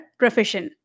profession।